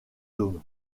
dôme